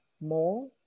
more